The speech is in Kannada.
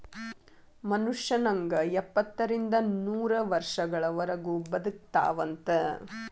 ಮನುಷ್ಯ ನಂಗ ಎಪ್ಪತ್ತರಿಂದ ನೂರ ವರ್ಷಗಳವರಗು ಬದಕತಾವಂತ